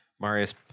Marius